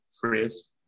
phrase